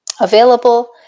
available